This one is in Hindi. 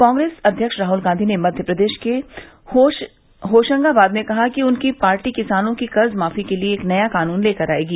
कांग्रेस अध्यक्ष राहल गांधी ने मध्यप्रदेश के होशंगाबाद में कहा है कि उनकी पार्टी किसानों की कर्ज माफी के लिए एक नया कानून लेकर आएगी